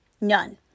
none